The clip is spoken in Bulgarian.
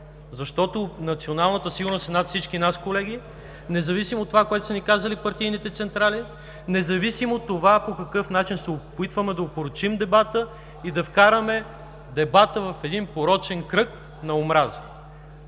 защото националната сигурност е над всички нас, колеги, независимо от това, което са ни казали партийните централи, независимо от това по какъв начин се опитваме да опорочим дебата и да вкараме дебата в един порочен кръг на омраза.